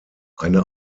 eine